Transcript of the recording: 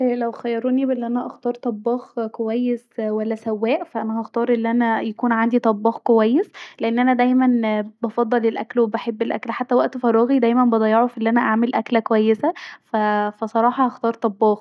لو خيروني بين أن انا اختار طباخ كويس ولا سواق هختار الي انا يكون عندي طباخ كويس لان انا دايما بفضل الاكل وبحب الاكل حتي وقت فراغي دايما بصيعه في ان انا اعمل اكله كويسه ف بصراحه هخار طباخ